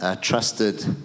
trusted